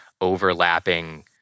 overlapping